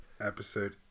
Episode